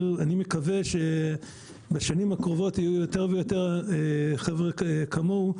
אני מקווה שבשנים הקרובות יהיו יותר ויותר חבר'ה כמוהו,